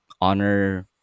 honor